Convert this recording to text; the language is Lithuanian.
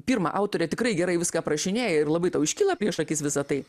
pirma autorė tikrai gerai viską aprašinėja ir labai tau iškilo prieš akis visa tai